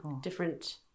Different